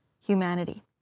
humanity